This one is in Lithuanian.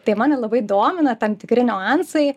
tai mane labai domina tam tikri niuansai